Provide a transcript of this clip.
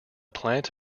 plant